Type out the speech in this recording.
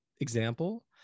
example